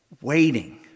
Waiting